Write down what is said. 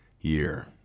year